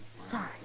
Sorry